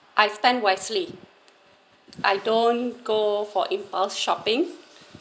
I spend wisely I don't go for impulse shopping